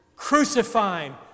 Crucifying